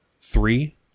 three